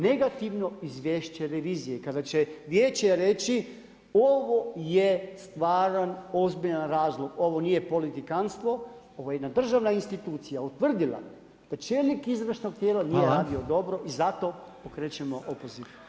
Negativno izvješće revizije kada će vijeće reći ovo je stvaran, ozbiljan razlog, ovo nije politikanstvo, ovo je jedna državna institucija utvrdila da čelnik izvršnog tijela nije radio dobro i zato pokrećemo opoziv.